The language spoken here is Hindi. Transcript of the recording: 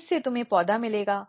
होनी चाहिए